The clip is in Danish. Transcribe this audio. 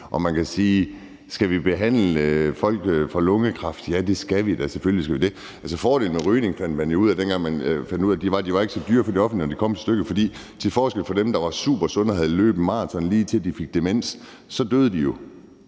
Og man kan sige: Skal vi behandle folk for lungekræft? Ja, det skal vi da – selvfølgelig skal vi det. Med hensyn til fordelen ved rygning, fandt man jo ud af, at rygerne ikke var så dyre for det offentlige, når det kom til stykket, for til forskel fra dem, der var supersunde og havde løbet maraton, lige til de fik demens, så døde de jo,